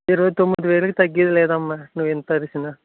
ఇరవై తోమ్మిది వేలుకి తగ్గేది లేదమ్మా నువ్వు ఎంత అరిసినా